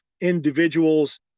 individuals